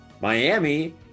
Miami